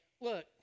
look